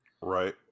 Right